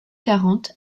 quarante